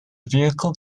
vehicle